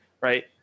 Right